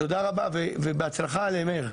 תודה רבה ובהצלחה למאיר.